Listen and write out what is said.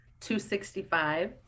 265